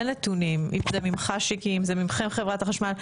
אם זה ממך שיקי, אם זה ממכם חברת החשמל,